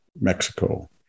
Mexico